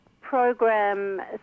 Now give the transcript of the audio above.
program